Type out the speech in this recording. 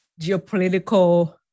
geopolitical